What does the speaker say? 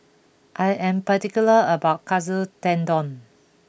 I am particular about Katsu Tendon